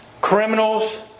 criminals